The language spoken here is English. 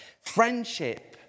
friendship